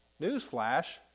Newsflash